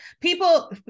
people